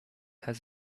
has